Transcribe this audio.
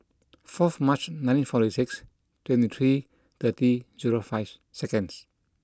fourth March nineteen forty six twenty three thirty zero five seconds